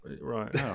right